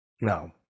No